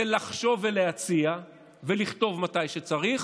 וזה לחשוב ולהציע ולכתוב מתי שצריך,